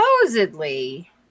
supposedly